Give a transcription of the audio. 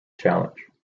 challenge